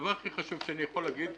הדבר הכי חשוב שאני יכול להגיד,